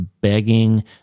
begging